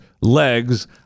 legs